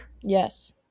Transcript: Yes